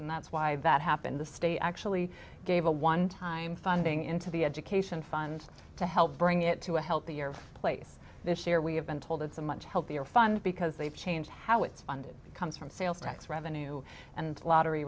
and that's why that happened the state actually gave a one time funding into the education fund to help bring it to a healthier place this year we have been told it's a much healthier fund because they've changed how it's funded it comes from sales tax revenue and lottery